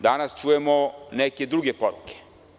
Danas čujemo neke druge poruke.